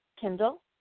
Kindle